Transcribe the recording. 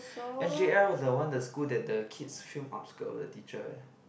s_j_i is the one the school that the kids film up skirt of the teacher eh